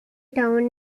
town